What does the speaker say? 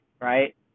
right